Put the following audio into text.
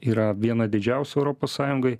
yra viena didžiausių europos sąjungoj